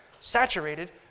saturated